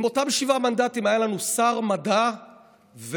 עם אותם שבעה מנדטים היה לנו שר מדע וחלל,